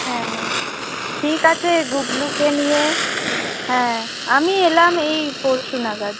হ্যাঁ ঠিক আছে গুবলুকে নিয়ে হ্যাঁ আমি এলাম এই পরশু নাগাদ